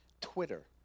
Twitter